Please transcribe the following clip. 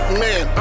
man